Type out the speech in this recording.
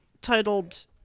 titled